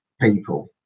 people